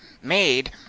made